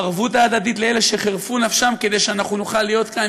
הערבות ההדדית לאלה שחירפו נפשם כדי שאנחנו נוכל להיות כאן.